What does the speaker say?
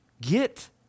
Get